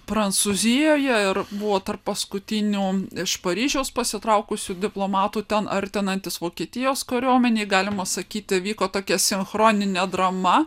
prancūzijoje ir buvo tarp paskutinių iš paryžiaus pasitraukusių diplomatų ten artinantis vokietijos kariuomenei galima sakyti vyko tokia sinchroninė drama